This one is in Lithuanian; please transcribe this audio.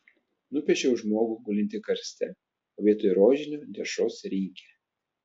nupiešiau žmogų gulintį karste o vietoj rožinio dešros rinkė